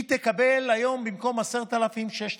היא תקבל היום 6,000 שקל במקום 10,000 שקל,